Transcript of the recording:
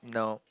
no